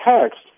text